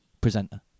presenter